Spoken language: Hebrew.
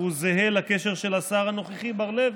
הוא זהה לקשר של השר הנוכחי בר לב.